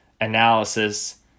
analysis